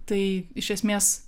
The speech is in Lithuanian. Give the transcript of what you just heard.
tai iš esmės